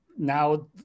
now